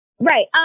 Right